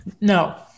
no